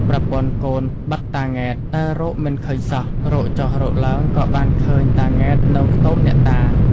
ប្រពន្ធកូនបាត់តា ង៉ែត ដើររកមិនឃើញសោះ រកចុះរកឡើងក៏បានឃើញតា ង៉ែត នៅខ្ទមអ្នកតា ។